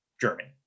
Germany